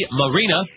marina